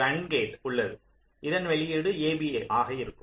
ஒரு and gate உள்ளது இதன் வெளியீடு ab ஆக இருக்கும்